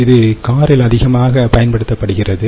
இதுகாரில் அதிகமாக பயன்படுத்தப்படுகிறது